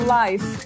life